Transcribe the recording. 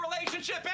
relationship